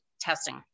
testing